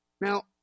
Now